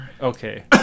Okay